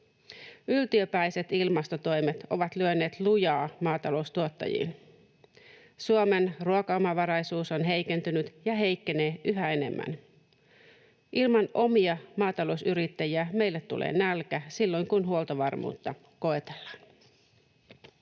Yltiöpäiset ilmastotoimet ovat lyöneet lujaa maataloustuottajiin. Suomen ruokaomavaraisuus on heikentynyt ja heikkenee yhä enemmän. Ilman omia maatalousyrittäjiä meille tulee nälkä silloin, kun huoltovarmuutta koetellaan.